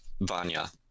Vanya